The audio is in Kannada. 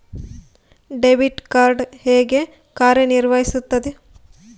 ಡೆಬಿಟ್ ಕಾರ್ಡ್ ಹೇಗೆ ಕಾರ್ಯನಿರ್ವಹಿಸುತ್ತದೆ?